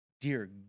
dear